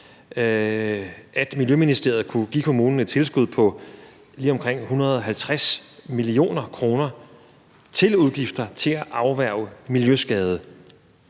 at Miljøministeriet kunne give kommunen et tilskud på lige omkring 150 mio. kr. til udgifter til at afværge miljøskade.